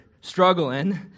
struggling